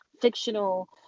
fictional